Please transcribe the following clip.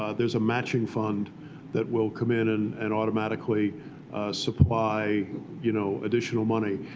ah there's a matching fund that will come in and and automatically supply you know additional money.